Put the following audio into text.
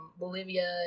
Bolivia